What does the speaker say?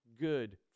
good